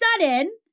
sudden